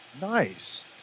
Nice